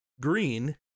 green